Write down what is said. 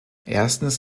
erstens